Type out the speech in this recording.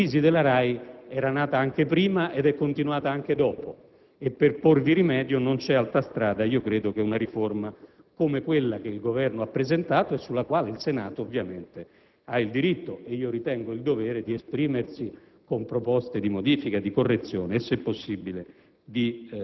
La crisi della RAI, però, era nata prima ed è continuata dopo e per porvi rimedio non c'è altra strada, credo, se non una riforma come quella che il Governo ha presentato e sulla quale il Senato ha il diritto e - io ritengo - il dovere di esprimersi con proposte di modifica, di correzione e, se possibile,